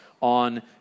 on